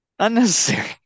unnecessary